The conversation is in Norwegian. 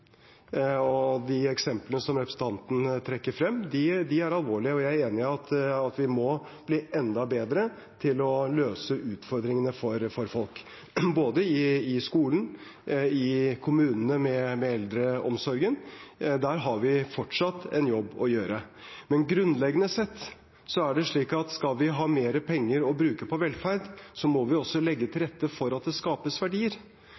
og de eksemplene som representanten trekker frem, er alvorlige. Jeg er enig i at vi må bli enda bedre til å løse utfordringene for folk, både i skolen, i kommunene, med eldreomsorgen – der har vi fortsatt en jobb å gjøre. Men grunnleggende sett er det slik at skal vi ha mer penger å bruke på velferd, må vi også legge til rette for at det skapes verdier.